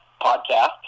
podcast